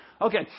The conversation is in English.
Okay